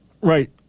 Right